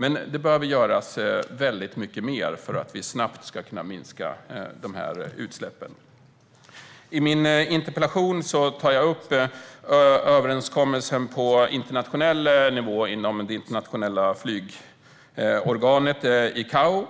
Men det behöver göras väldigt mycket mer för att vi snabbt ska kunna minska utsläppen. I min interpellation tar jag upp överenskommelsen på internationell nivå inom det internationella flygorganet ICAO.